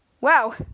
wow